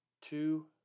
two